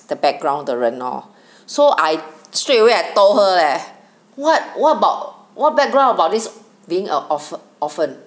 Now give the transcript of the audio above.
the background 的人咯 so I straight away I told her leh what what about what background about this being a orpha~ orphan